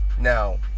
Now